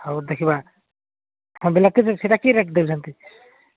ହଉ ଦେଖିବା ହଁ ବିଲାତି ଯେ ସେଇଟା କି ରେଟ୍ ଦେଉଛନ୍ତି